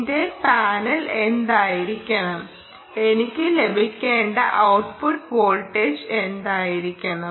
എന്റെ പാനൽ എന്തായിരിക്കണം